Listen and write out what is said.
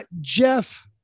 Jeff